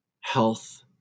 health